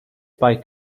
bike